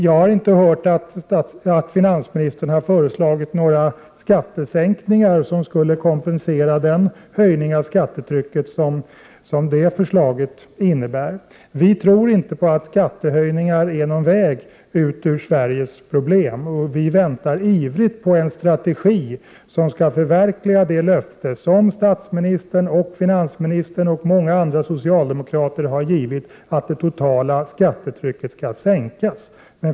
Vi har inte hört att finansministern har föreslagit några skattesänkningar som skulle kompensera den höjning av skattetrycket som det förslaget innebär. Vi tror inte att skattehöjning är en väg ut ur den svenska ekonomins problem. Vi väntar ivrigt på en strategi som skall förverkliga det löfte som statsministern, finansministern och många andra socialdemokrater har givit om att det totala skattetrycket skall sänkas.